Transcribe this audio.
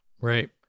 right